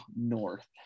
north